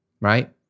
right